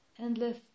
endless